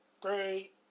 great